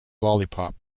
lollipop